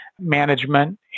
management